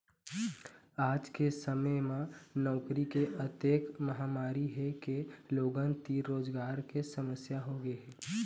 आज के समे म नउकरी के अतेक मारामारी हे के लोगन तीर रोजगार के समस्या होगे हे